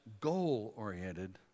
goal-oriented